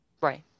Right